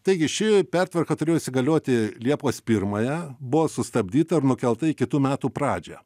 taigi ši pertvarka turėjo įsigalioti liepos pirmąją buvo sustabdyta ir nukelta į kitų metų pradžią